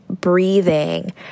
breathing